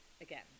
again